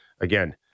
again